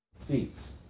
seats